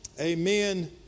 Amen